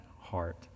heart